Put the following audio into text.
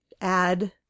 add